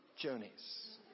journeys